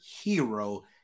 hero